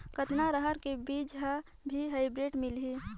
कतना रहर के बीजा हर भी हाईब्रिड मिलही?